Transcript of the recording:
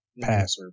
pass